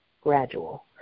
Gradual